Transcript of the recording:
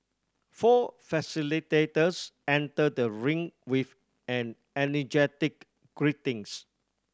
four facilitators enter the ring with an energetic greetings